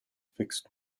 fixed